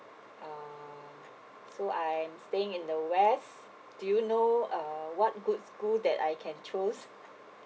ah so I'm staying in the west do you know uh what good school that I can choose